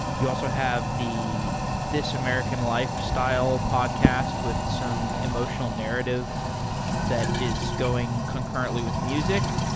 you also have the this american lifestyle podcast with some emotional narrative that is going concurrently with music.